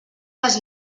les